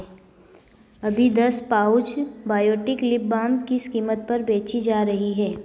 अभी दस pouch Biotique lip balm किस कीमत पर बेची जा रही है